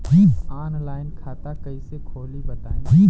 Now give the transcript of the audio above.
Online खाता कइसे खोली बताई?